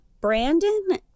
Brandon